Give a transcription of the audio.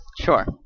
Sure